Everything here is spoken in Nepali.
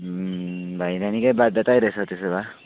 भाइलाई निकै बाध्यतै रहेछ त्यसो भए